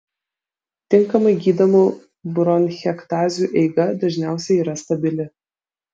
tinkamai gydomų bronchektazių eiga dažniausiai yra stabili